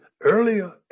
earlier